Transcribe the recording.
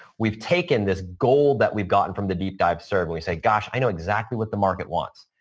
we've taken this goal that we've gotten from the deep dive survey. we say, gosh, i know exactly what the market wants.